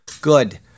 Good